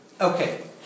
Okay